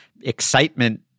excitement